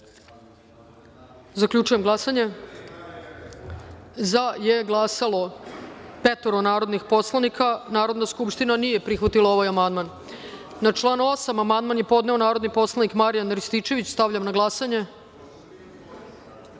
amandman. Zaključujem glasanje: za je glasalo petoro narodnih poslanika. Narodna skupština nije prihvatila ovaj amandman. Na član 8. amandman je podneo narodni poslanik Marijan Rističević. Stavljam na glasanje